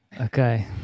Okay